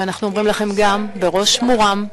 ואנחנו אומרים לכם גם, בראש מורם,